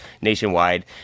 nationwide